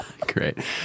Great